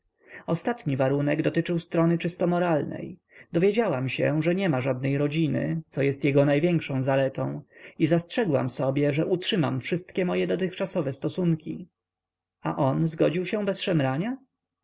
ostatni warunek dotyczył strony czysto moralnej dowiedziałam się że nie ma żadnej rodziny co jest jego największą zaletą i zastrzegłam sobie że utrzymam wszystkie moje dotychczasowe stosunki a on zgodził się